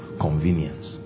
convenience